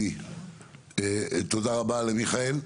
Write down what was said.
תודה רבה למיכאל.